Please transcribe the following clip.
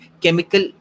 chemical